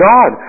God